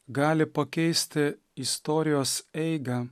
gali pakeisti istorijos eigą